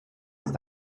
ist